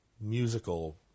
musical